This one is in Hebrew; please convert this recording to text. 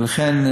לכן,